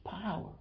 power